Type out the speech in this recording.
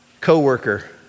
co-worker